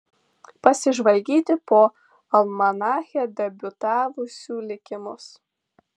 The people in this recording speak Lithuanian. pasižvalgyti po almanache debiutavusių likimus